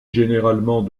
généralement